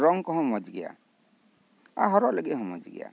ᱨᱚᱝ ᱠᱚᱸᱦᱚ ᱢᱚᱸᱡᱽ ᱜᱮᱭᱟ ᱟᱨ ᱦᱚᱨᱚᱜ ᱞᱟᱹᱜᱤᱫ ᱦᱚᱸ ᱢᱚᱸᱡᱽ ᱜᱮᱭᱟ